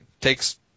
Takes